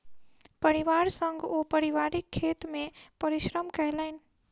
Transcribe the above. परिवार संग ओ पारिवारिक खेत मे परिश्रम केलैन